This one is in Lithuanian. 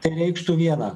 tai reikštų vieną